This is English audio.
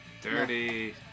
Dirty